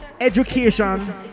Education